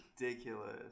ridiculous